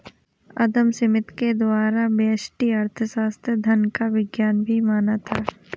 अदम Smith के द्वारा व्यष्टि अर्थशास्त्र धन का विज्ञान भी माना था